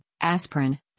aspirin